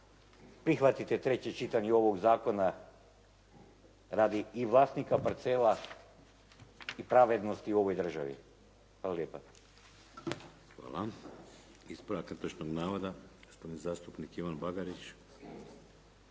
prihvatite treće čitanje ovog zakona radi i vlasnika parcela i pravednosti u ovoj državi. Hvala lijepa. **Šeks, Vladimir (HDZ)** Hvala. Ispravak netočnog navoda, gospodin zastupnik Ivan Bagarić.